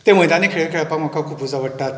ते मैदानीक खेळ खेळपाक म्हाक खुबूच आवडटात